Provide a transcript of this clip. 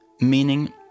meaning